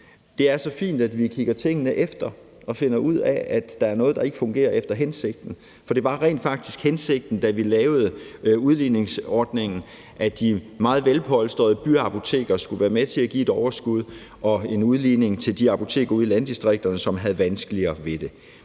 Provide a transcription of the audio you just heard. Det er så fint, at vi kigger tingene efter og finder ud af, at der er noget, der ikke fungerer efter hensigten, for det var rent faktisk hensigten, da vi lavede udligningsordningen, at de meget velpolstrede byapoteker skulle være med til at give et overskud og der skulle være en udligning til de apoteker ude i landdistrikterne, som havde vanskeligere ved det.